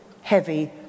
heavy